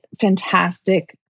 fantastic